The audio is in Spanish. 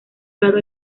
lado